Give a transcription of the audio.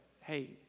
hey